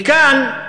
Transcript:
מכאן,